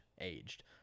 aged